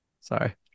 sorry